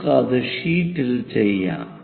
നമുക്ക് അത് ഷീറ്റിൽ ചെയ്യാം